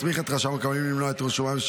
מסמיך את רשם הקבלנים למנוע את רישומם של